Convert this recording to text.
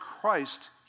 Christ